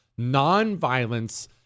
Nonviolence